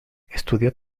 estudió